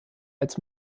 als